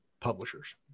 publishers